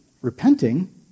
repenting